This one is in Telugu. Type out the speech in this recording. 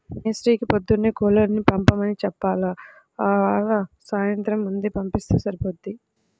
మేస్త్రీకి రేపొద్దున్నే కూలోళ్ళని పంపమని చెప్పాల, ఆవార సాయంత్రం ముందే పంపిత్తే సరిపోయిద్ది